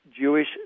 Jewish